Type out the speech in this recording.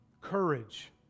Courage